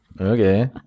okay